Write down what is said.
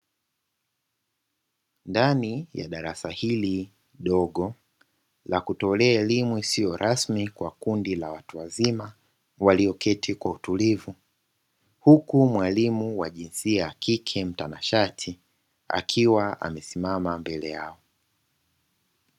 Ndani ya darasa hili dogo la kutolea elimu isiyo rasmi kwa kundi la watu wazima; walioketi kwa utulivu, huku mwalimu wa jinsia ya kike mtanashati akiwa amesimama mbele yao.